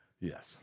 Yes